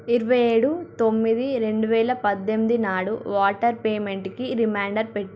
ఇరవై ఏడు తొమ్మిది రెండు వేల పద్ధెనిమిది నాడు వాటర్ పేమెంటుకి రిమైండర్ పెట్టు